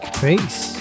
peace